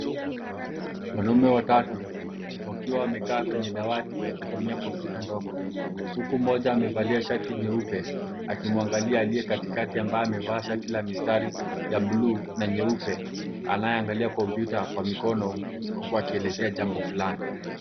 Wanaume watatu wakiwa wamekaa kwenye dawati na kutumia kompyuta ndogo huku mmoja amevalia shati nyeupe akimwangalia aliye katikati ambaye amevaa shati la mistari ya bluu na nyeupe anayeangalia kompyuta kwa mikono huku akielezea jambo fulani.